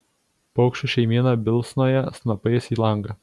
paukščių šeimyna bilsnoja snapais į langą